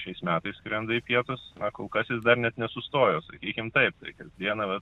šiais metais skrenda į pietus na kol kas jis dar net nesustojo sakykim taip tai kas dieną vat